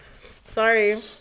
Sorry